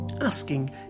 asking